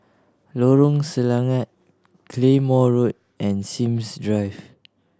Lorong Selangat Claymore Road and Sims Drive